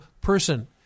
person